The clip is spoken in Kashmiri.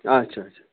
اَچھا اَچھا